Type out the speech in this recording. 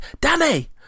Danny